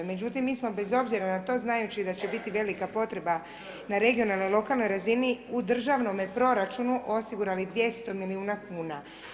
Međutim, mi smo bez obzira na to, znajući da će biti velika potreba na regionalnoj lokalnoj razini u državnome proračunu osigurani 200 milijuna kuna.